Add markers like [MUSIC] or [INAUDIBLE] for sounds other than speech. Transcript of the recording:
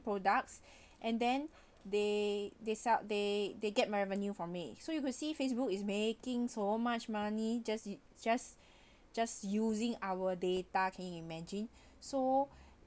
products [BREATH] and then they they sell they they get more revenue for me so you could see facebook is making so much money just just [BREATH] just using our data can you imagine [BREATH] so [BREATH]